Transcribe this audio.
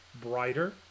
brighter